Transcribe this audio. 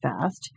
fast